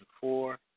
four